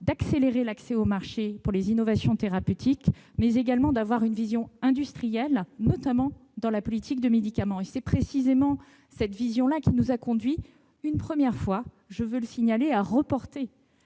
: accélérer l'accès au marché des innovations thérapeutiques, mais également avoir une vision industrielle, notamment dans la politique du médicament. C'est précisément cette vision qui nous a conduits, une première fois, je le signale, à reporter